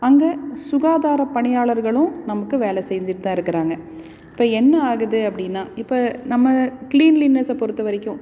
அங்கே சுகாதார பணியாளர்களும் நமக்கு வேலை செஞ்சிகிட்டுதான் இருக்குறாங்க இப்போ என்ன ஆகுது அப்படின்னா இப்போ நம்ம கிளீன்லீனர்ச பொறுத்தவரைக்கும்